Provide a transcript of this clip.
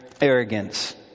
arrogance